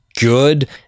good